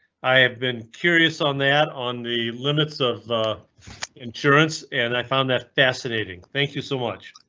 i have been curious on that on the limits of the insurance and i found that fascinating. thank you so much,